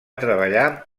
treballar